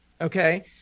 Okay